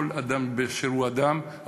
כל אדם באשר הוא אדם,